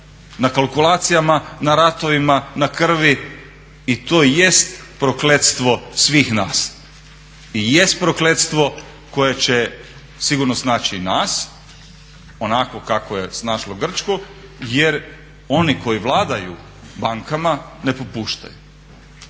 na kalkulacijama, na ratovima, na krvi i to jest prokletstvo svih nas i jest prokletstvo koje će sigurno snaći i nas onako kako je snašlo jer oni koji vladaju bankama ne popuštaju.